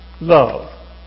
love